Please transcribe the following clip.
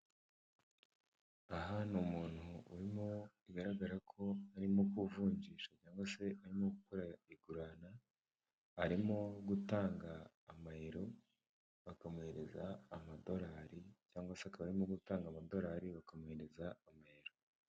Aha ni umuntu urimo bigaragara ko arimo kuvunjisha cyangwa se arimo gukora igurana, arimo gutanga amayero bakamuhereza amadorari cyangwa se akaba arimo gutanga amadorari bakamuhereza amayero.